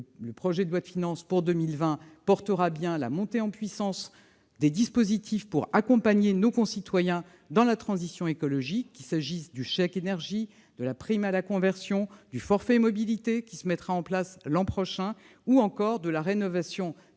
le projet de loi de finances pour 2020 traduira bien la montée en puissance des dispositifs d'accompagnement de nos concitoyens dans la transition écologique, qu'il s'agisse du chèque énergie, de la prime à la conversion, du forfait mobilité, qui sera mis en place l'an prochain, ou encore de la rénovation thermique